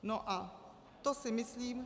No a to si myslím...